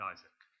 Isaac